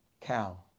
cow